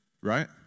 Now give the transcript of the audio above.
right